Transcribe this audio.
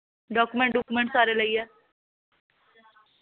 document document सारे लेइयै